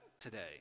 today